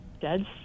dead